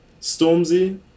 Stormzy